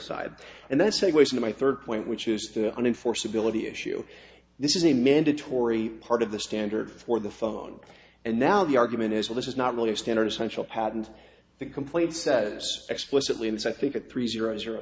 side and that segues into my third point which is the un in force ability issue this is a mandatory part of the standard for the phone and now the argument is well this is not really a standard essential patent the complaint says explicitly and so i think at three zero zero